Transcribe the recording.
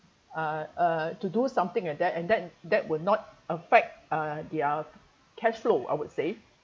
uh uh to do something like that and that that will not affect uh their cash flow I would say